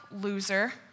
loser